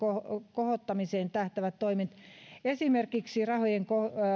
kohottamiseen tähtäävät toimet esimerkiksi rahojen